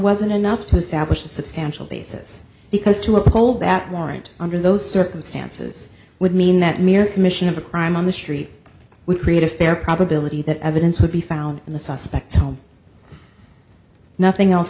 wasn't enough to establish a substantial basis because to uphold that warrant under those circumstances would mean that mere commission of a crime on the street we create a fair probability that evidence would be found in the suspects home nothing else